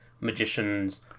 magicians